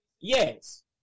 yes